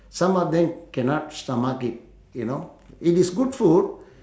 some of them cannot stomach it you know it is good food